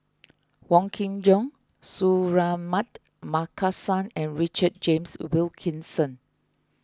Wong Kin Jong Suratman Markasan and Richard James Wilkinson